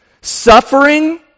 Suffering